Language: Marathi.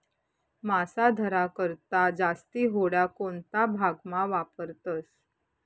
मासा धरा करता जास्ती होड्या कोणता भागमा वापरतस